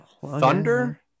Thunder